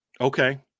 Okay